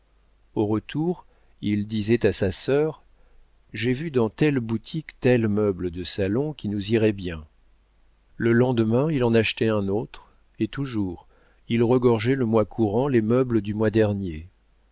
au retour il disait à sa sœur j'ai vu dans telle boutique tel meuble de salon qui nous irait bien le lendemain il en achetait un autre et toujours il regorgeait le mois courant les meubles du mois dernier